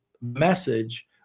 message